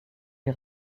les